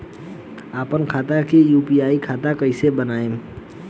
आपन खाता के यू.पी.आई खाता कईसे बनाएम?